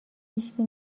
هیشکی